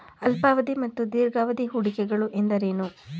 ಅಲ್ಪಾವಧಿ ಮತ್ತು ದೀರ್ಘಾವಧಿ ಹೂಡಿಕೆಗಳು ಎಂದರೇನು?